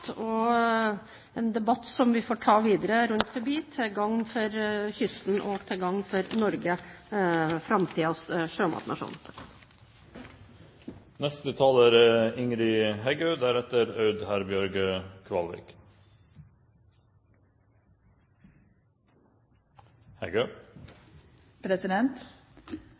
en debatt som vi får ta videre rundt omkring, til gagn for kysten og til gagn for Norge – framtidens sjømatnasjon.